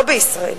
לא בישראל.